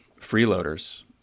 freeloaders